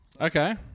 okay